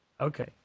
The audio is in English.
Okay